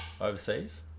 overseas